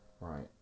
Right